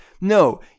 no